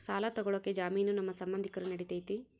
ಸಾಲ ತೊಗೋಳಕ್ಕೆ ಜಾಮೇನು ನಮ್ಮ ಸಂಬಂಧಿಕರು ನಡಿತೈತಿ?